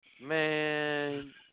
Man